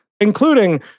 including